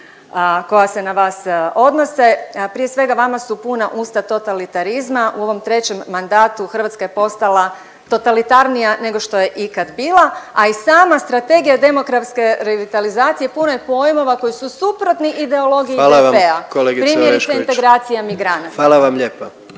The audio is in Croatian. koja se na vas odnose. Prije svega vama su puna usta totalitarizma. U ovom trećem mandatu Hrvatska je postala totalitarnija nego što je ikad bila, a i sama strategija demografske revitalizacije puno je pojmova koji su suprotni ideologiji DP-a. …/Upadica predsjednik: Hvala vam kolegice Orešković./… Primjerice integracija migranata.